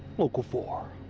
local four.